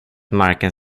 marken